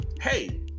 hey